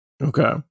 Okay